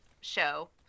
show